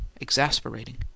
exasperating